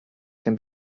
can